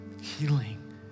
healing